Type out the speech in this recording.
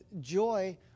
joy